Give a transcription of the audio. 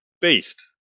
beast